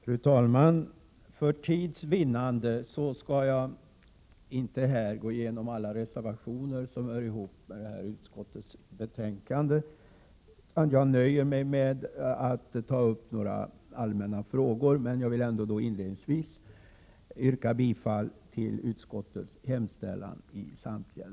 Fru talman! För tids vinnande skall jag inte här gå igenom alla reservationer till detta betänkande utan nöja mig med att ta upp några allmänna frågor. Jag vill inledningsvis ändå yrka bifall till hemställan i utskottets betänkande i dess helhet.